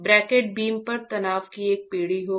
bracket beam पर तनाव की एक पीढ़ी होगी